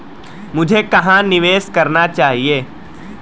मुझे कहां निवेश करना चाहिए?